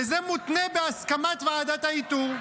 וזה מותנה בוועדת האיתור,